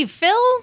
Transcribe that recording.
Phil